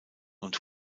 und